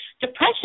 Depression